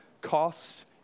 costs